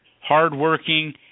hardworking